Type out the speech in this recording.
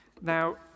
Now